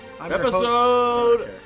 Episode